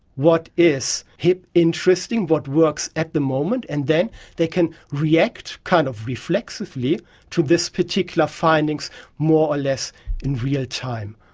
what is hip, interesting, what works at the moment, and then they can react kind of reflexively to these particular findings more or less in real time.